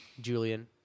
Julian